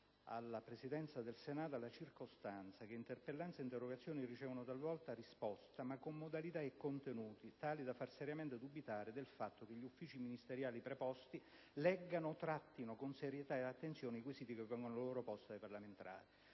alla Presidenza del Senato la circostanza che interpellanze ed interrogazioni ricevono talvolta risposta, ma con modalità e contenuti tali da far seriamente dubitare del fatto che gli uffici ministeriali preposti leggano e trattino con serietà ed attenzione i quesiti che vengono loro posti dai parlamentari.